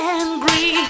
angry